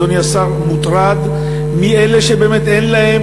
אדוני השר מוטרד מי אלו שבאמת אין להם